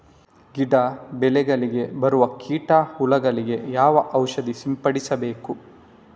ಗಿಡ, ಬೆಳೆಗಳಿಗೆ ಬರುವ ಕೀಟ, ಹುಳಗಳಿಗೆ ಯಾವ ಔಷಧ ಸಿಂಪಡಿಸಬೇಕು?